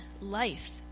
life